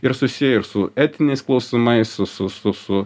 ir susiję ir su etiniais klausimais su su su su